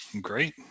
great